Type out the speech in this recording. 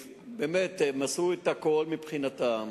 באמת, הם עשו את הכול מבחינתם.